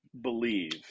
believe